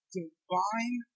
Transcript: divine